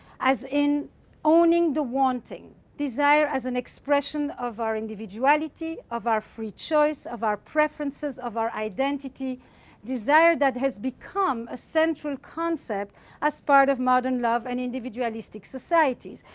as in owning the wanting desire as an expression of our individuality, of our free choice, of our preferences, of our identity desire that has become a central concept as part of modern love and individualistic societies.